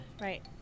right